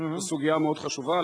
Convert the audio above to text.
זו סוגיה מאוד חשובה.